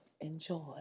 enjoy